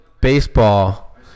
baseball